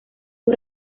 sus